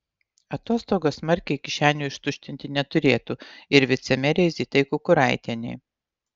atostogos smarkiai kišenių ištuštinti neturėtų ir vicemerei zitai kukuraitienei